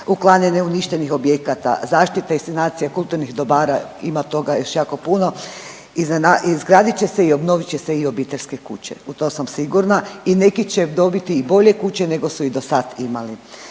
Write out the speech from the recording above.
uklanjanje uništenih objekata, zaštita i sanacija kulturnih dobara ima toga još jako puno. Izgradit će se i obnovit će se i obiteljske kuće u tom sa sigurna i neki će dobiti i bolje kuće nego su i do sad imali.